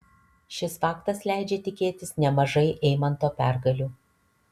šis faktas leidžia tikėtis nemažai eimanto pergalių